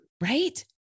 Right